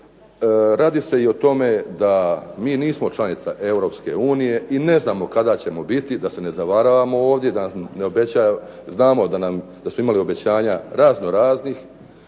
Radi se i o tome da mi nismo članica Europske unije i ne znamo kada ćemo biti da se ne zavaravamo ovdje, znamo da smo imali obećanja razno raznih.